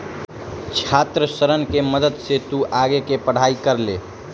छात्र ऋण के मदद से तु आगे के पढ़ाई कर ले